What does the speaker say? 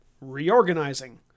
reorganizing